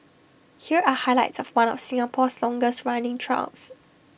here are highlights of one of Singapore's longest running trials